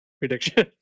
prediction